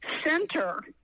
center